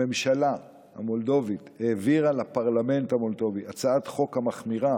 הממשלה המולדובית העבירה לפרלמנט המולדובי הצעת חוק המחמירה